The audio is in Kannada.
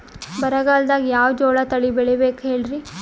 ಬರಗಾಲದಾಗ್ ಯಾವ ಜೋಳ ತಳಿ ಬೆಳಿಬೇಕ ಹೇಳ್ರಿ?